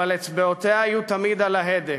אבל אצבעותיה יהיו תמיד על ההדק.